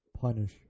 punish